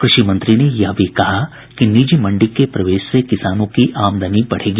कृषि मंत्री ने यह भी कहा कि निजी मंडी के प्रवेश से किसानों की आमदनी बढ़ेगी